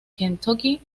kentucky